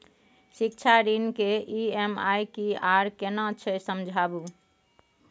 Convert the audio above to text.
शिक्षा ऋण के ई.एम.आई की आर केना छै समझाबू?